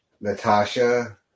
Natasha